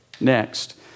Next